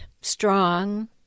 strong